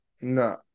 No